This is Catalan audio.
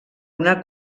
una